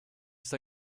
ist